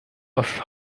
aus